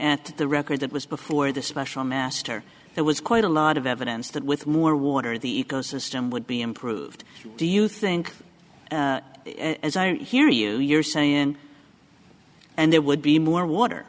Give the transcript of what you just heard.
at the record that was before the special master there was quite a lot of evidence that with more water the ecosystem would be improved do you think as i hear you you're saying and there would be more water